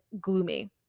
gloomy